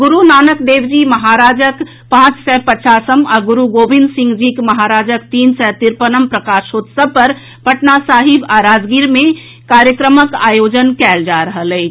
गुरू नानक देव जी महाराजक पांच सय पचासम आ गुरू गोविंद सिंह जी महाराजक तीन सय तिरपनम प्रकाशोत्सव पर पटना साहिब आ राजगीर मे कार्यक्रमक आयोजन कयल जा रहल अछि